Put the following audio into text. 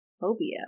phobia